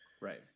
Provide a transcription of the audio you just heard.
Right